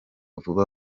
vuba